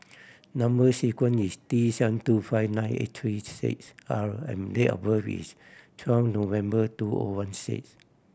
number sequence is T seven two five nine eight three six R and date of birth is twelve November two O one six